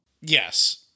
Yes